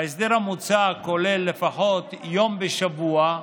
ההסדר המוצע כולל לפחות יום בשבוע,